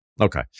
Okay